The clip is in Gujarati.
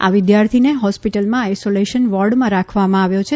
આ વિદ્યાર્થીને હોસ્પિટલમાં આઇસોલેશન વોર્ડમાં રાખવામાં આવ્યો છે